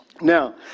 Now